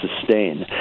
sustain